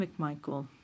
McMichael